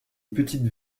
petites